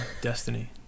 Destiny